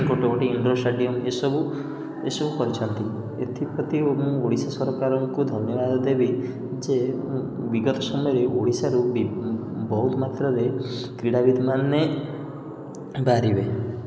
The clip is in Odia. ଗୋଟେ ଗୋଟେ ଇଣ୍ଡୋର ଷ୍ଟାଡ଼ିୟମ୍ ଏସବୁ ଏସବୁ କରିଛନ୍ତି ଏଥିପ୍ରତି ମୁଁ ଓଡ଼ିଶା ସରକାରଙ୍କୁ ଧନ୍ୟବାଦ ଦେବି ଯେ ବିଗତ ସମୟରେ ଓଡ଼ିଶାରୁ ବହୁତ ମାତ୍ରାରେ କ୍ରୀଡ଼ାବିତ୍ମାନେ ବାହାରିବେ